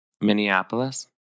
Minneapolis